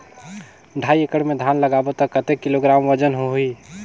ढाई एकड़ मे धान लगाबो त कतेक किलोग्राम वजन होही?